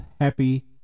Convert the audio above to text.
happy